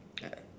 I